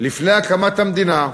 לפני הקמת המדינה,